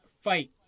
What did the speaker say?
fight